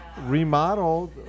remodeled